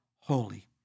holy